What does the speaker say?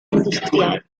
industrial